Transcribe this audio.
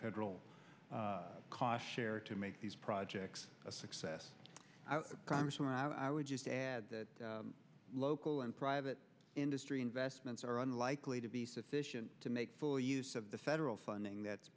federal cost share to make these projects a success i would just add that local and private industry investments are unlikely to be sufficient to make full use of the federal funding that's